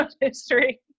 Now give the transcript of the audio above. history